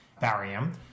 barium